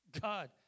God